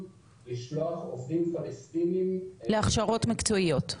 לשלוח עובדים פלסטינים --- להכשרות מקצועיות?